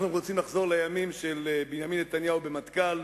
אנחנו רוצים לחזור לימים של בנימין נתניהו במטכ"ל,